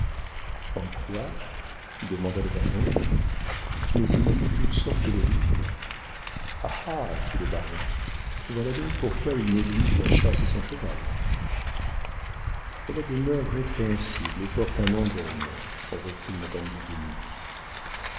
en quoi demanda le baron mais il lit toutes sortes de livres ah ah fit le baron voilà donc pourquoi il néglige la chasse et son cheval elle a des mœurs répréhensibles et porte un nom d'homme reprit madame du